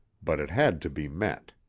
but it had to be met.